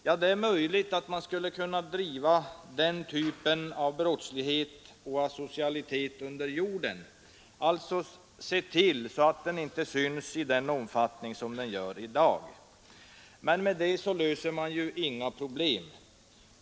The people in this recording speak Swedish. Ja, det är möjligt att man skulle kunna driva den typen av brottslighet och asocialitet under jorden, alltså se till att den inte syns i den omfattning som den gör i dag. Men med det löser man ju inga problem.